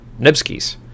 Nebskis